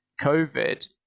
COVID